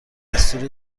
دستور